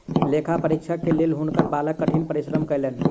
लेखा परीक्षक के लेल हुनकर बालक कठिन परिश्रम कयलैन